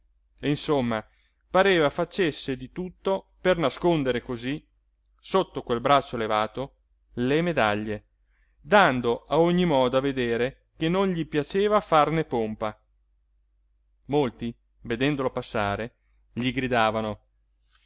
e insomma pareva facesse di tutto per nascondere cosí sotto quel braccio levato le medaglie dando a ogni modo a vedere che non gli piaceva farne pompa molti vedendolo passare gli gridavano